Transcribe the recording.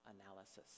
analysis